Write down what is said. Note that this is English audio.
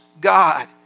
God